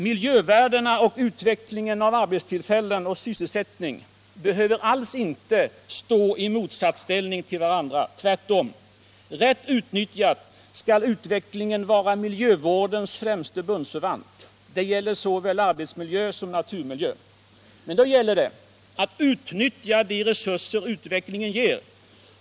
Miljövärdena och utvecklingen av arbetstillfällen och sysselsättning behöver alls inte stå i motsatsställning till varandra; tvärtom. Rätt utnyttjad skall utvecklingen vara miljövårdens främste bundsförvant. Det gäller såväl arbetsmiljö som naturmiljö. Men då gäller det att utnyttja de resurser utvecklingen ger.